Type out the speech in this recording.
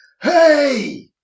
hey